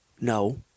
No